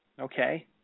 Okay